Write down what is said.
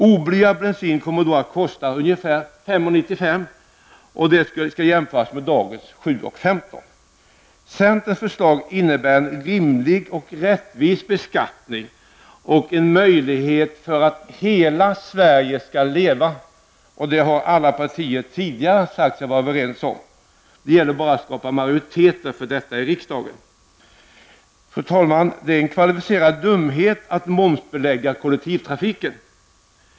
Oblyad bensin kommer då att kosta ungefär 5:95. Detta skall jämföras med dagens 7:15. Centerns förslag innebär en rimlig och rättvis beskattning och en möjlighet för att ''Hela Sverige ska leva!''. Detta har alla partier tidigare sagt sig vara överens om. Det gäller bara att skapa majoritet för detta i riksdagen. Fru talman! Det är en kvalificerad dumhet att momsbelägga kollektivtrafiken.